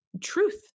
truth